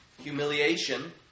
humiliation